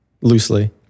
Loosely